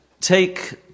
take